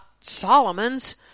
Solomon's